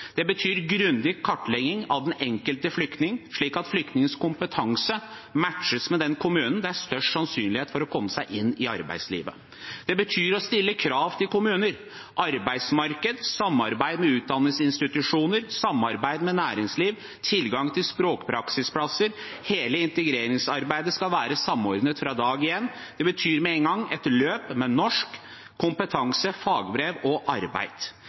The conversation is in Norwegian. Det betyr grundig kartlegging av den enkelte flyktning, slik at flyktningens kompetanse matches med den kommunen der det er størst sannsynlighet for å komme seg inn i arbeidslivet. Det betyr å stille krav til kommuner – arbeidsmarked, samarbeid med utdanningsinstitusjoner, samarbeid med næringsliv og tilgang til språkpraksisplasser. Hele integreringsarbeidet skal være samordnet fra dag én. Det betyr med én gang et løp med norsk, kompetanse, fagbrev og arbeid.